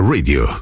Radio